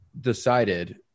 decided